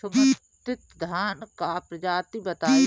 सुगन्धित धान क प्रजाति बताई?